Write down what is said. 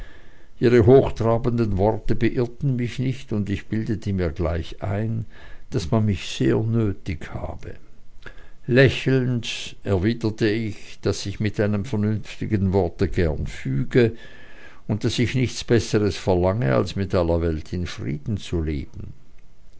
ihre hochtrabenden worte beirrten mich nicht und ich bildete mir gleich ein daß man mich sehr nötig habe lächelend erwiderte ich daß ich mich einem vernünftigen wort gern füge und daß ich nichts besseres verlange als mit aller welt in frieden zu leben